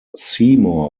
seymour